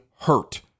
hurt